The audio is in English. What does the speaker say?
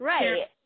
Right